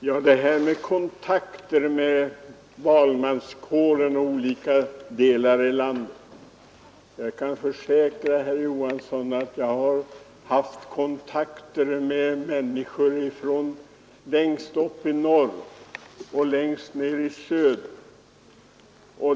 Herr talman! Vad beträffar kontakten med valmanskåren i olika delar av landet kan jag försäkra herr Johansson i Trollhättan att jag har haft kontakt med människor i vårt land både längst upp i norr och längst ned i söder.